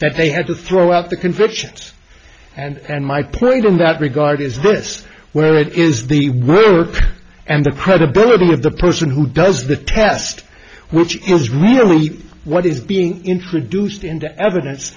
that they had to throw out the convictions and my point in that regard is this where it is the work and the credibility of the person who does the test which is really what is being introduced into evidence